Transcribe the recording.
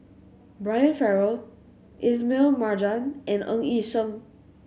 Brian Farrell Ismail Marjan and Ng Yi Sheng